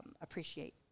appreciate